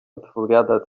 odpowiada